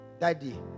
daddy